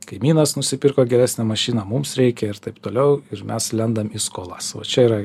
kaimynas nusipirko geresnę mašiną mums reikia ir taip toliau ir mes lendam į skolas čia yra